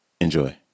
enjoy